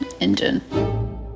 engine